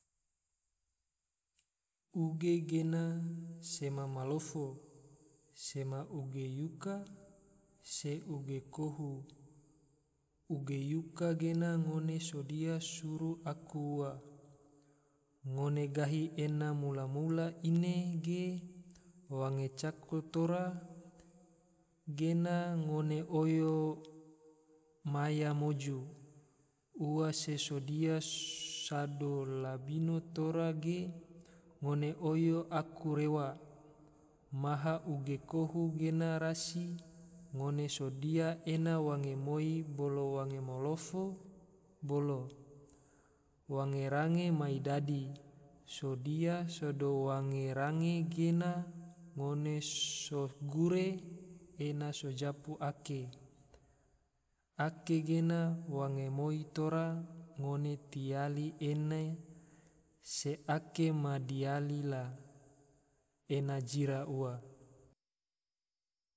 Uge gena sema malofo, sema uge yuka, se uge kohu. uge yuka gena ngone sodia suru aku ua, ngone gahi ena mula-mula ine ge, wange cako tora gena ngone oyo maya moju, ua se sodia sado labino tora ge, ngone oyo aku rewa. maha uge kohu gena rasi, ngone sodia ena wange moi bolo wange malofo, bolo wange range mai dadi, sodia sodo wange range gena, ngone sogure ena so japu ake, ake gena wange moi tora ngone tiali ene se ake ma diali la ena jira ua